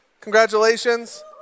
congratulations